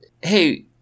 hey